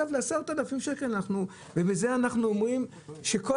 אנחנו ניתן לבנק ישראל,